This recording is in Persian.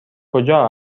کجا